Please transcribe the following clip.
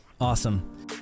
Awesome